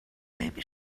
نمی